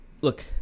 look